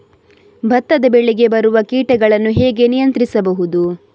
ಭತ್ತದ ಬೆಳೆಗೆ ಬರುವ ಕೀಟಗಳನ್ನು ಹೇಗೆ ನಿಯಂತ್ರಿಸಬಹುದು?